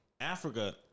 Africa